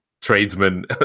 tradesman